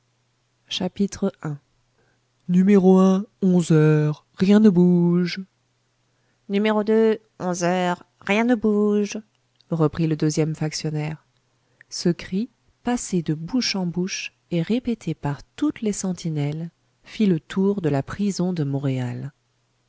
i numéro onze heures rien ne bouge numéro onze heures bien ne bouge reprit le deuxième factionnaire ce cri passé de bouche en bouche et répété par toutes les sentinelles fit le tour de la prison de montréal